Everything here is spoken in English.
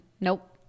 nope